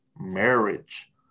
marriage